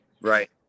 right